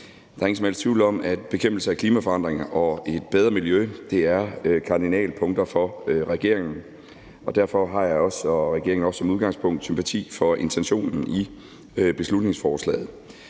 Der er ingen som helst tvivl om, at bekæmpelse af klimaforandringer og et bedre miljø er kardinalpunkter for regeringen. Derfor har jeg og regeringen også som udgangspunkt sympati for intentionen i beslutningsforslaget.